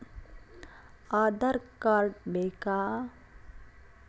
Aadhaar card ಬೇಕಾ?